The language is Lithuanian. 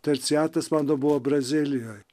terciatas mano buvo brazilijoj